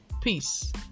Peace